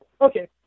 Okay